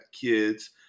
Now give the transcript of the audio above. kids